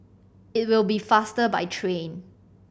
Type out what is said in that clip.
it will be faster by train